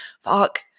fuck